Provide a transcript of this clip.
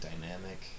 dynamic